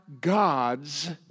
God's